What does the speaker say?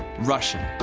russian,